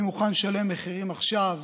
אני מוכן לשלם מחירים עכשיו